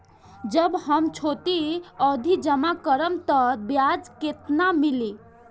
जब हम छोटी अवधि जमा करम त ब्याज केतना मिली?